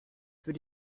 für